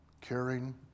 caring